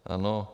Ano?